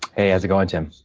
hey, how's it going, tim?